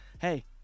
hey